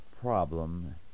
problem